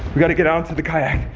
we gotta get down to the kayak.